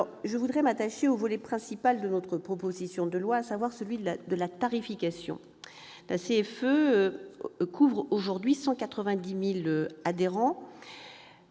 Je m'attacherai au volet principal de notre proposition de loi, à savoir celui de la tarification. La CFE couvre aujourd'hui 190 000 adhérents.